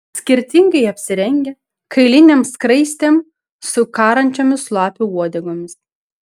skirtingai apsirengę kailinėm skraistėm su karančiomis lapių uodegomis